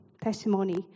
testimony